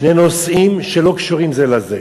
שני נושאים שלא קשורים זה בזה,